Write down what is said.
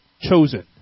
chosen